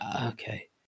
okay